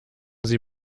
sie